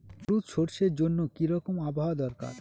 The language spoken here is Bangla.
হলুদ সরষে জন্য কি রকম আবহাওয়ার দরকার?